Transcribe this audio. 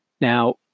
Now